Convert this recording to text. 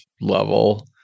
level